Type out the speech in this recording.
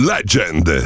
Legend